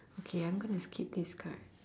okay I'm gonna skip this card